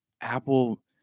Apple